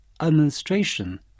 administration